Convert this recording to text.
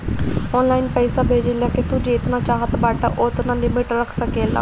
online पईसा भेजला के तू जेतना चाहत बाटअ ओतना लिमिट रख सकेला